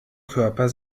körper